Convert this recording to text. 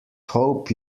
hope